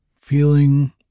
feeling